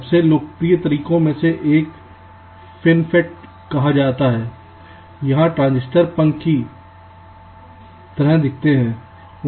सबसे लोकप्रिय तरीकों में से एक FinFET कहा जाता है जहां ट्रांजिस्टर पंख की तरह दिखते हैं